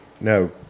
No